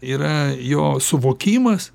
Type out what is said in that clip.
yra jo suvokimas